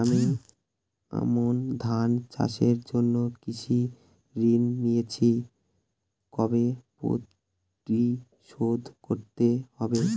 আমি আমন ধান চাষের জন্য কৃষি ঋণ নিয়েছি কবে পরিশোধ করতে হবে?